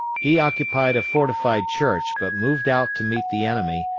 he occupied a fortified church, but moved out to meet the enemy,